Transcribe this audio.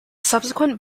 subsequent